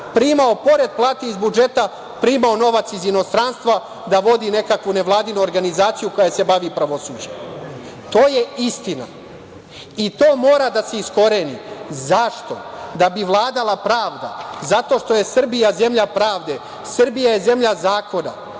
primao pored plate iz budžeta i novac iz inostranstva da vodi nekakvu nevladinu organizaciju koja se bavi pravosuđem. To je istina i to mora da se iskoreni. Zašto? Da bi vladala pravda. Zato što je Srbija zemlja pravde. Srbija je zemlja zakona.